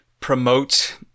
promote